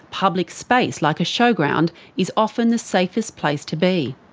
public space like a showground is often the safest place to be.